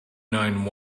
nine